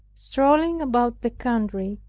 strolling about the country,